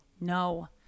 no